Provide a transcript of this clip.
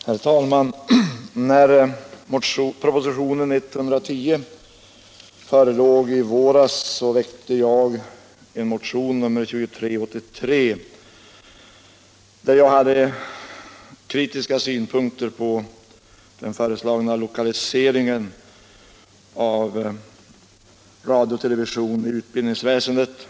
Herr talman! När propositionen 110 förelåg i våras väckte jag en motion, nr 2383, där jag anförde kritiska synpunkter på den föreslagna lokaliseringen av utbildningsprogramorganet.